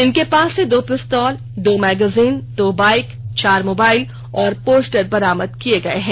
इनके पास से दो पिस्तौल दो मैगजीन दो बाइक चार मोबाइल और पोस्टर बरामद किए गए हैं